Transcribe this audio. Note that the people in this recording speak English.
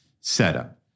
setup